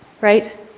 right